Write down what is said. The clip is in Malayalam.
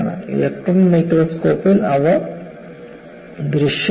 ഇലക്ട്രോൺ മൈക്രോസ്കോപ്പിൽ അവ ദൃശ്യമാണ്